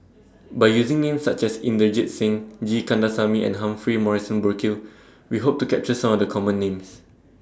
By using Names such as Inderjit Singh G Kandasamy and Humphrey Morrison Burkill We Hope to capture Some of The Common Names